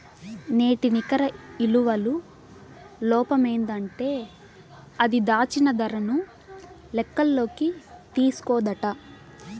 నేటి నికర ఇలువల లోపమేందంటే అది, దాచిన దరను లెక్కల్లోకి తీస్కోదట